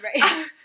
Right